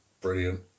brilliant